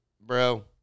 bro